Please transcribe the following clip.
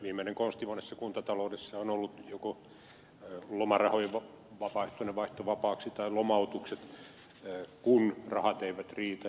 viimeinen konsti monessa kuntataloudessa on ollut joko lomarahojen vapaaehtoinen vaihto vapaaksi tai lomautukset kun rahat eivät riitä